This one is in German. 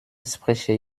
spreche